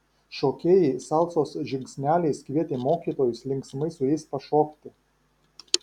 šokėjai salsos žingsneliais kvietė mokytojus linksmai su jais pašokti